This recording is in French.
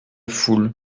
foule